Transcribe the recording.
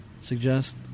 suggest